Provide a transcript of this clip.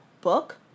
book